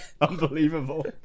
unbelievable